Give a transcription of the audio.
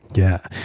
yeah.